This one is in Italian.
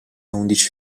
undici